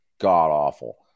god-awful